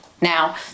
Now